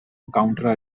counter